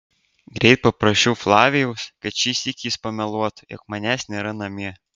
greit paprašiau flavijaus kad šį sykį jis pameluotų jog manęs nėra namie